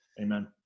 Amen